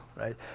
right